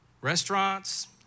restaurants